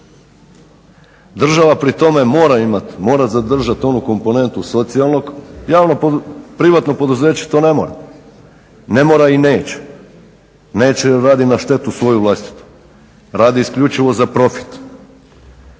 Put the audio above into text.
Država pri tome mora imati, mora zadržat onu komponentu socijalnog, privatno poduzeće to ne mora, ne mora i neće, neće jer radi na štetu svoju vlastitu, radi isključivo za profit.